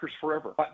forever